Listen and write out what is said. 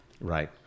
Right